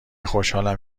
خوشحالم